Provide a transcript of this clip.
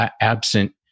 absent